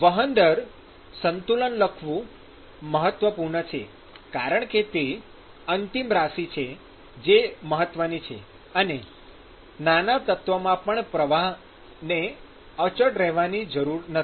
વહન દર સંતુલન લખવું મહત્વપૂર્ણ છે કારણ કે તે અંતિમ રાશિ છે જે મહત્વની છે અને નાના તત્વમાં પણ પ્રવાહ ને અચળ રહેવાની જરૂર નથી